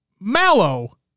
Mallow